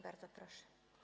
Bardzo proszę.